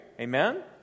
Amen